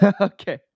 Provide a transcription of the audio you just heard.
Okay